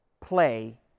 play